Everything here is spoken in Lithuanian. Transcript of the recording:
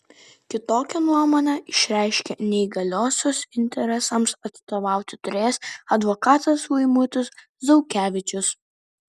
kitokią nuomonę išreiškė neįgaliosios interesams atstovauti turėjęs advokatas laimutis zaukevičius